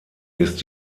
ist